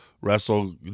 wrestle